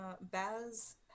Baz